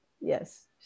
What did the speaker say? yes